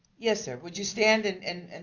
yes sir. would you stand and and and